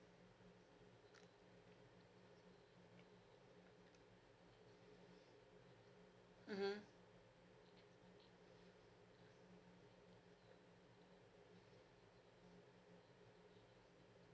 mmhmm